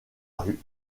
rue